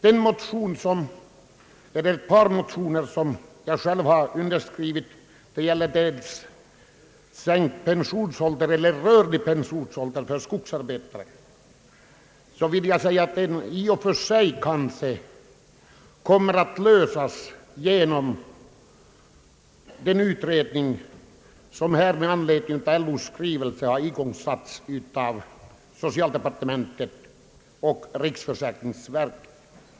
Beträffande ett par motioner som jag själv undertecknat om b.la. rörlig pensionsålder för skogsarbetare kanske problemet i och för sig kan komma att lösas genom den utredning som med anledning av LO:s skrivelse igångsatts av socialdepartementet och riksförsäkringsverket.